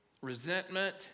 resentment